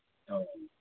ꯑꯣ